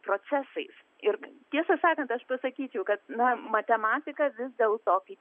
procesais ir tiesą sakant aš pasakyčiau kad na matematika vis dėlto kaip